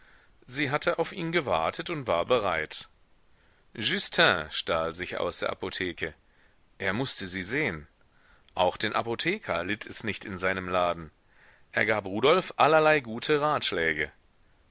sie hatte auf ihn gewartet und war bereit justin stahl sich aus der apotheke er mußte sie sehen auch den apotheker litt es nicht in seinem laden er gab rudolf allerlei gute ratschläge